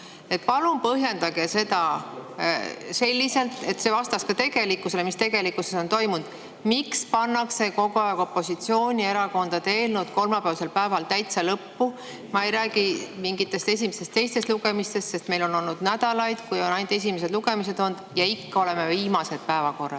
Palun põhjendage seda selliselt, et see vastaks ka sellele, mis tegelikkuses on toimunud. Miks pannakse kogu aeg opositsioonierakondade eelnõud kolmapäevasel päeval täitsa lõppu? Ma ei räägi mingitest esimestest-teistest lugemistest, sest meil on olnud nädalaid, kui on ainult esimesed lugemised olnud ja meie oleme alati viimased päevakorras.